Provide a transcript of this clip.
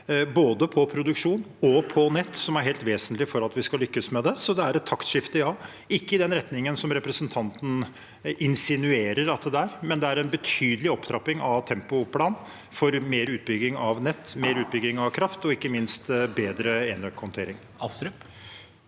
både produksjon og nett, som er helt vesentlig for at vi skal lykkes med det. Så det er et taktskifte, ja – ikke i den betydningen som representanten Astrup insinuerer at det er, men det er en betydelig opptrapping av tempoplanen for mer utbygging av nett, mer utbygging av kraft og ikke minst bedre enøkhåndtering.